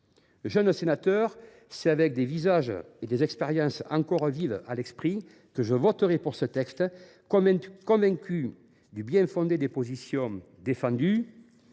Jeune sénateur, c’est avec des visages et des expériences encore vives à l’esprit que je voterai pour ce texte, convaincu du bien fondé des positions défendues.